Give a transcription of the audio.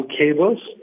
cables